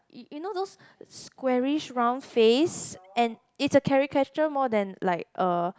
y~ you know those squarish round face and it's a caricature more than like uh